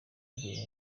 baguye